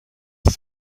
his